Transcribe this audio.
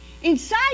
Inside